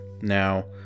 Now